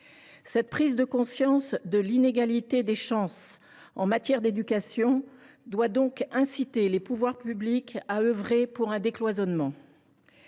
Cette prise de conscience de l’inégalité des chances en matière d’éducation doit inciter les pouvoirs publics à œuvrer à un décloisonnement.